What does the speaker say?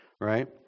right